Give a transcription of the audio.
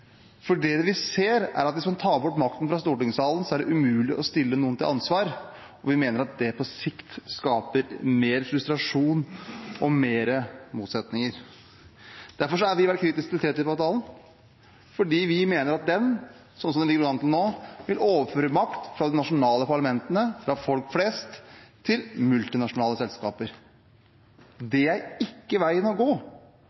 For det vi ser, er at hvis man tar bort makten fra stortingssalen, er det umulig å stille noen til ansvar. Vi mener at det på sikt skaper mer frustrasjon og mer motsetning. Derfor har vi vært kritiske til TTIP-avtalen, fordi vi mener at den – sånn som det ligger an til nå – vil overføre makt fra de nasjonale parlamentene, fra folk flest, til multinasjonale selskaper.